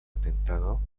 atentado